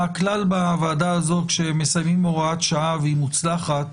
הכלל בוועדה הזאת כשמסיימים הוראת שעה והיא מוצלחת,